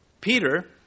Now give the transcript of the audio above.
Peter